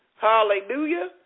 Hallelujah